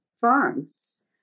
farms